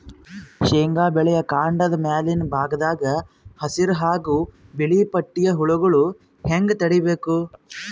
ಶೇಂಗಾ ಬೆಳೆಯ ಕಾಂಡದ ಮ್ಯಾಲಿನ ಭಾಗದಾಗ ಹಸಿರು ಹಾಗೂ ಬಿಳಿಪಟ್ಟಿಯ ಹುಳುಗಳು ಹ್ಯಾಂಗ್ ತಡೀಬೇಕು?